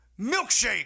milkshake